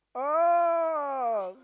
oh